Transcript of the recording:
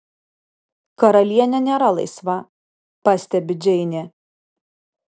karalienė nėra laisva pastebi džeinė